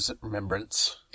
Remembrance